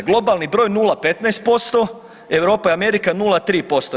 Globalni broj 0,15%, Europa i Amerika 0,3%